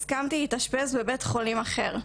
הסכמתי להתאשפז בבית חולים אחר,